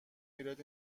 ایراد